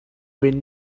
when